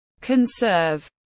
Conserve